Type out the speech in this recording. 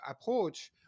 approach